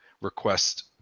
request